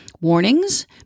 warnings